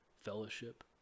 Fellowship